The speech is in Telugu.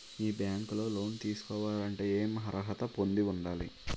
మీ బ్యాంక్ లో లోన్ తీసుకోవాలంటే ఎం అర్హత పొంది ఉండాలి?